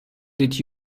did